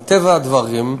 מטבע הדברים,